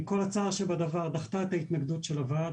עם כל הצער שבדבר, דחתה את ההתנגדות של הוועד.